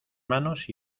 manos